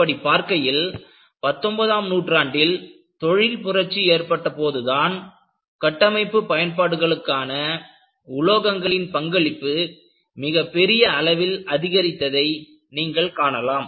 அப்படிப் பார்க்கையில் பத்தொன்பதாம் நூற்றாண்டில் தொழில்துறை புரட்சி ஏற்பட்டபோதுதான் கட்டமைப்பு பயன்பாடுகளுக்கான உலோகங்களின் பங்களிப்பு மிகப்பெரிய அளவில் அதிகரித்ததை நீங்கள் காணலாம்